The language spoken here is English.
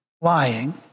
lying